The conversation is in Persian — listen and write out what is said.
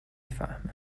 فهمه